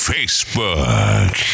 Facebook